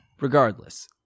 Regardless